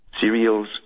cereals